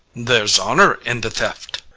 there's honour in the theft.